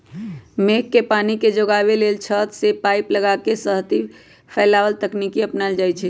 मेघ के पानी के जोगाबे लेल छत से पाइप लगा के सतही फैलाव तकनीकी अपनायल जाई छै